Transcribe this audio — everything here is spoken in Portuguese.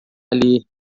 ali